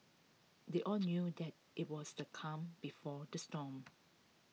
they all knew that IT was the calm before the storm